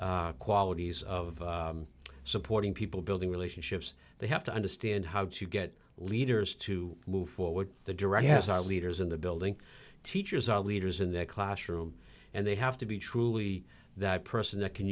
human qualities of supporting people building relationships they have to understand how to get leaders to move forward the director has our leaders in the building teachers are leaders in their classroom and they have to be truly that person that can